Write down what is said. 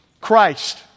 Christ